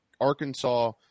Arkansas